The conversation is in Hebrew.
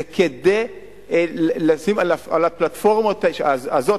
זה כדי לשים על הפלטפורמה הזאת,